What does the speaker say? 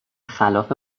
خلاف